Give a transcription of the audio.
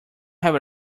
have